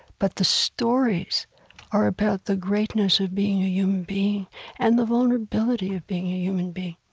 but the stories are about the greatness of being a human being and the vulnerability of being a human being